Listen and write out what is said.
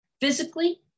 physically